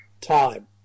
time